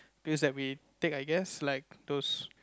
pills that we take I guess like those